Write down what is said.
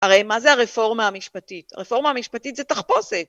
הרי מה זה הרפורמה המשפטית? הרפורמה המשפטית זה תחפושת.